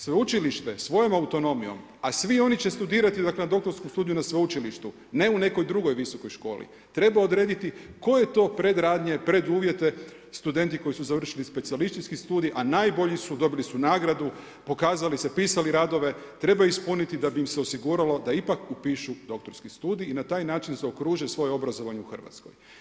Sveučilište svojom autonomijom, a svi oni će studirati na doktorskom studiju na sveučilištu ne u nekoj drugoj visokoj školi, treba odrediti koje to predradnje, preduvjete studenti koji su završili specijalistički studij, a najbolji su, dobili su nagradu pokazali se, pisali radove, treba ispuniti da bi im se osiguralo da ipak upišu doktorski studij i da na taj način zaokruže obrazovanje u Hrvatskoj.